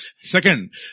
Second